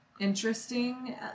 interesting